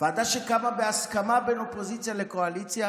ועדה שקמה בהסכמה בין אופוזיציה לקואליציה.